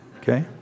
okay